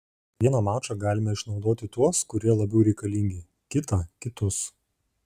vieną mačą galime išnaudoti tuos kurie labiau reikalingi kitą kitus